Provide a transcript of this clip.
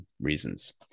reasons